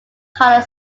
color